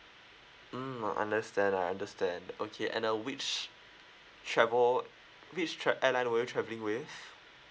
mm I understand I understand okay and uh which travel which tra~ airline were you travelling with